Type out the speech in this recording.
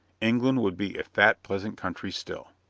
england would be a fat pleasant country still.